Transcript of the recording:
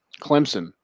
Clemson